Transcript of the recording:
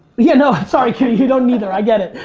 you know sorry q. you don't either, i get it.